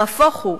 נהפוך הוא,